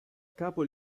capo